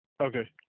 Okay